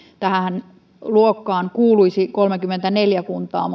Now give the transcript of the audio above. tähän luokkaanhan kuuluisi kolmekymmentäneljä kuntaa